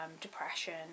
depression